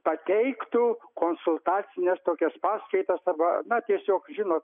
pateiktų konsultacinas tokias paskaitas arba tiesiog žinot